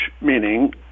meaning